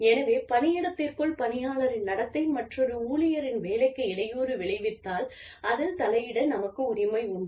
எனவே பணியிடத்திற்குள் பணியாளரின் நடத்தை மற்றொரு ஊழியரின் வேலைக்கு இடையூறு விளைவித்தால் அதில் தலையிட நமக்கு உரிமை உண்டு